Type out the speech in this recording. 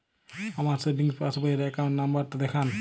আমার savings passbook র account number টা দেখান?